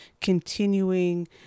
continuing